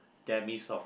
demise of